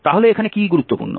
তাহলে এখানে কি গুরুত্বপূর্ণ